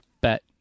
bet